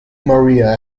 maria